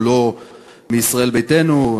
הוא לא מישראל ביתנו,